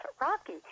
Rocky